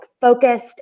focused